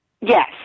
Yes